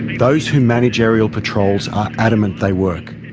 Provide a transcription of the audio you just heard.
those who manage aerial patrols are adamant they work.